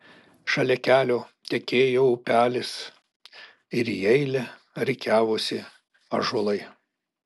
šalia kelio tekėjo upelis ir į eilę rikiavosi ąžuolai